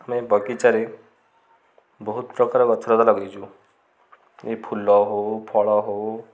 ଆମେ ବଗିଚାରେ ବହୁତ ପ୍ରକାର ଗଛଲତା ଲଗାଇଛୁ ଏ ଫୁଲ ହଉ ଫଳ ହଉ